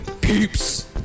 peeps